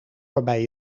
waarbij